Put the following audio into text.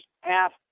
half